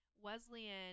Wesleyan